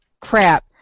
crap